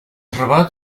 robot